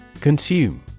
Consume